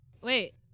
wait